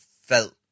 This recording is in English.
felt